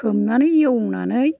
सोमनानै एवनानै